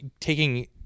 taking